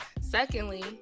Secondly